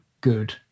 good